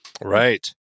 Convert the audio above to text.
Right